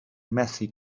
methu